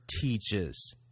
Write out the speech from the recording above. teaches